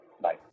Bye